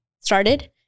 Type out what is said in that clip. Started